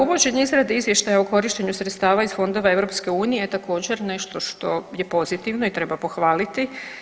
Uvođenje izrada izvještaja o korištenju sredstva iz fondova EU je također nešto što je pozitivno i treba pohvaliti.